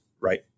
right